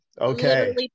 Okay